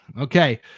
okay